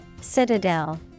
Citadel